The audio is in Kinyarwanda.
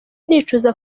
nicuza